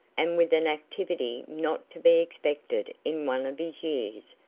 and with an activity not to be expected in one of his years,